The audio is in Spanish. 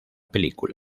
película